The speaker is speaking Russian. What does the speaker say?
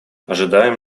ожидаем